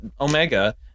omega